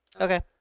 Okay